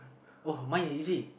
oh my easy